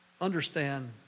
Understand